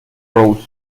rose